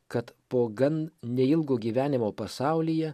kad po gan neilgo gyvenimo pasaulyje